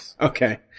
Okay